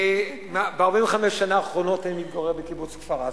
ב-45 השנה האחרונות אני מתגורר בקיבוץ כפר-עזה.